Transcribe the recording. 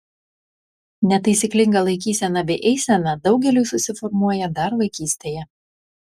netaisyklinga laikysena bei eisena daugeliui susiformuoja dar vaikystėje